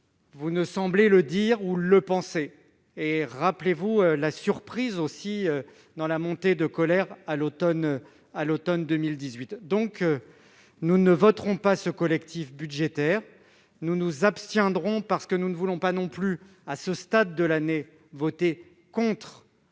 vous ne semblez le dire ou le penser : souvenez-vous de la surprise qui a accueilli la montée de colère de l'automne 2018. Nous ne voterons donc pas ce collectif budgétaire, nous nous abstiendrons, parce que nous ne voulons pas non plus, à ce stade de l'année, voter contre